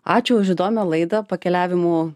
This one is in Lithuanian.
ačiū už įdomią laidą pakeliavimu